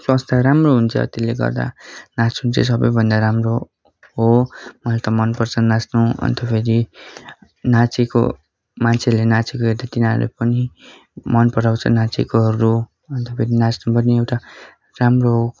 स्वास्थ्य राम्रो हुन्छ त्यसले गर्दा नाच्नु चाहिँ सबैभन्दा राम्रो हो मलाई त मनपर्छ नाच्नु अन्तफेरि नाचेको मान्छेले नाचेको हेर्दा तिनीहरूले पनि मनपराउँछ नाचेकोहरू अन्तफेरि नाच्नु पनि एउटा राम्रो